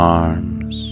arms